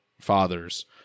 fathers